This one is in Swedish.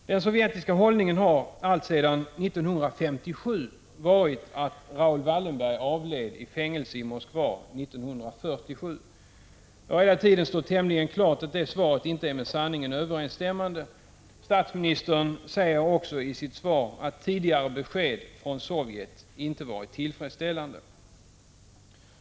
Den sovjetiska hållningen har, alltsedan 1957, varit att Raoul Wallenberg avled i fängelse i Moskva 1947. Det har hela tiden stått tämligen klart att det svaret inte är med sanningen överensstämmande. Statsministern säger också i sitt svar att tidigare besked från Sovjet inte varit tillfredsställande.